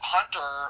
Hunter